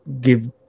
give